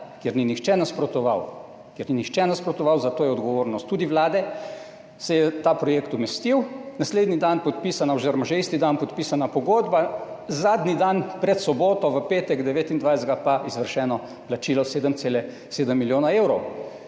kjer ni nihče nasprotoval, zato je odgovornost tudi Vlade, se je ta projekt umestil, naslednji dan podpisana oziroma že isti dan podpisana pogodba, zadnji dan pred soboto, v petek 29., pa izvršeno plačilo 7,7 milijona evrov.